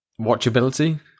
watchability